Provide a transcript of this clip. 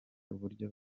uburyo